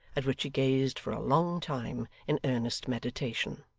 at which he gazed for a long time, in earnest meditation.